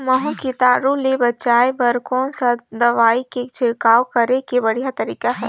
महू कीटाणु ले बचाय बर कोन सा दवाई के छिड़काव करे के बढ़िया तरीका हे?